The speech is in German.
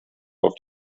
auf